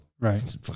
Right